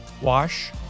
wash